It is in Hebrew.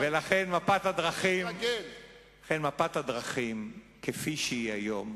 ולכן מפת הדרכים כפי שהיא היום,